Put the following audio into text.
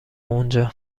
اونجا